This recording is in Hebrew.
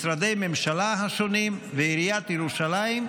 משרדי הממשלה השונים ועיריית ירושלים,